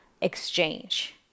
exchange